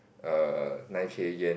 a nine K Yen